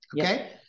Okay